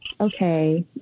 Okay